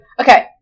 Okay